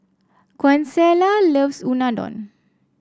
Consuelo loves Unadon